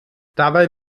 dabei